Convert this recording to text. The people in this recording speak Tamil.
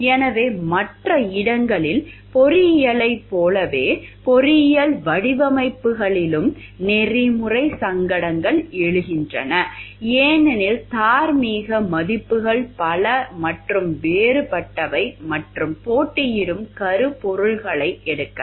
எனவே மற்ற இடங்களில் பொறியியலைப் போலவே பொறியியல் வடிவமைப்புகளிலும் நெறிமுறை சங்கடங்கள் எழுகின்றன ஏனெனில் தார்மீக மதிப்புகள் பல மற்றும் வேறுபட்டவை மற்றும் போட்டியிடும் கருப்பொருள்களை எடுக்கலாம்